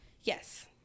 Yes